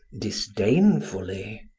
disdainfully.